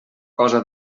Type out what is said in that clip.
cosa